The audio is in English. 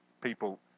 people